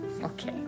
Okay